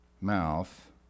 mouth